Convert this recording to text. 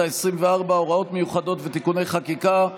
העשרים וארבע (הוראות מיוחדות ותיקוני חקיקה),